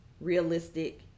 realistic